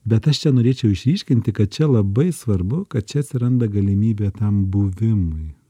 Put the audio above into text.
bet aš čia norėčiau išryškinti kad čia labai svarbu kad čia atsiranda galimybė tam buvimui